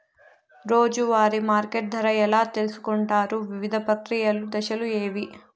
రోజూ వారి మార్కెట్ ధర ఎలా తెలుసుకొంటారు వివిధ ప్రక్రియలు దశలు ఏవి?